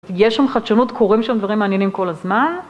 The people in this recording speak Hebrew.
יש שם חדשנות, קורים שם דברים מעניינים כל הזמן.